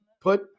put